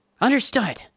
Understood